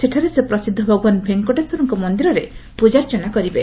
ସେଠାରେ ସେ ପ୍ରସିଦ୍ଧ ଭଗବାନ୍ ଭେଙ୍କଟେଶ୍ୱରଙ୍କ ମନ୍ଦିରରେ ପ୍ରଜାର୍ଚ୍ଚନା କରିବେ